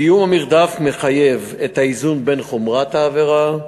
קיום המרדף מחייב את האיזון בין חומרת העבירה,